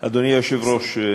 אדוני היושב-ראש,